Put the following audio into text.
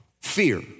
fear